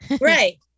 right